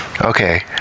okay